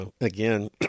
again